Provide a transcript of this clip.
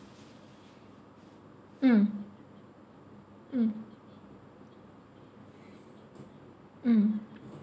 mm mm mm mm